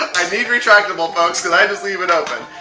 i need retractable folks cause i just leave it open.